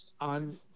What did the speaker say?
on